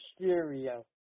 Mysterio